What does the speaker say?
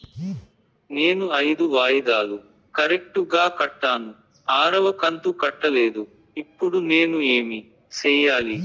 నేను ఐదు వాయిదాలు కరెక్టు గా కట్టాను, ఆరవ కంతు కట్టలేదు, ఇప్పుడు నేను ఏమి సెయ్యాలి?